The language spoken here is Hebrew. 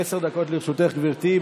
עשר דקות לרשותך, גברתי.